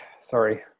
Sorry